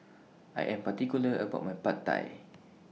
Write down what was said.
I Am particular about My Pad Thai